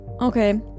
Okay